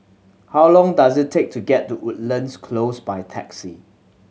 how long does it take to get to Woodlands Close by taxi